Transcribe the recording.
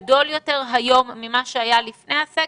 בלי קשר להתוויה גדול יותר היום ממה שהיה לפני הסגר?